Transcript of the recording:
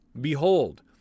behold